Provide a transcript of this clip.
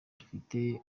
dufite